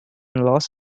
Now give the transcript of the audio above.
los